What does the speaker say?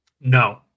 No